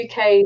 UK